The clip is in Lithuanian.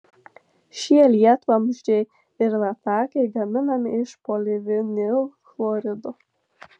šie lietvamzdžiai ir latakai gaminami iš polivinilchlorido